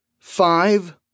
Five